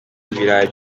ibirayi